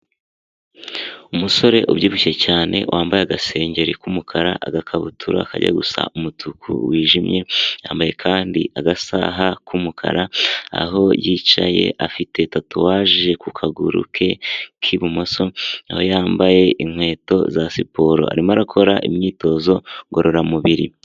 Umusore ubyibushye cyane wambaye agasengeri k'umukara, agakabutura kajya gusa umutuku wijimye, yambaye kandi agasaha k'umukara, aho yicaye afite tatuwaje ku kaguru ke k'ibumoso aho yambaye inkweto za siporo arimo arakora imyitozo ngororamubiri.